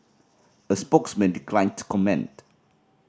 a spokesman declined to comment